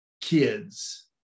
kids